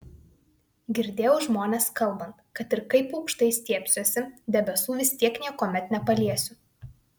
girdėjau žmones kalbant kad ir kaip aukštai stiebsiuosi debesų vis tiek niekuomet nepaliesiu